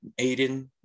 Aiden